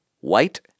white